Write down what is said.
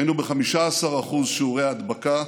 היינו ב-15% שיעורי הדבקה,